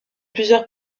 plusieurs